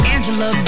Angela